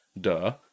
duh